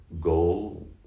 goal